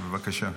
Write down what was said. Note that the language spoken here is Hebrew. בבקשה.